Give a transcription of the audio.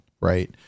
right